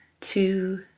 two